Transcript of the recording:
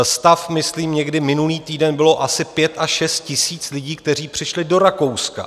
Stav myslím někdy minulý týden bylo asi 5 až 6 tisíc lidí, kteří přišli do Rakouska.